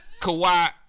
Kawhi